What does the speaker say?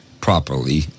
properly